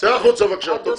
צא החוצה בבקשה.